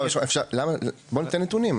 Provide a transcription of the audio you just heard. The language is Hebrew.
בוא תן את הנתונים.